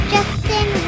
Justin